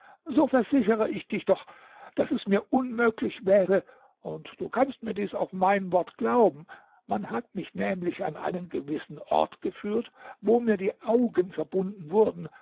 so versichere ich dich doch daß es mir unmöglich wäre und du kannst mir dies auf mein wort glauben man hat mich nämlich an einen gewissen ort geführt wo mir die augen verbunden wurden